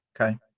Okay